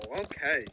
okay